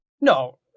No